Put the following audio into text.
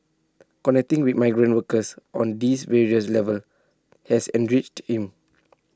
connecting with migrant workers on these various levels has enriched him